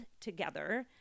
together